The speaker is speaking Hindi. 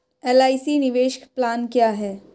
एल.आई.सी निवेश प्लान क्या है?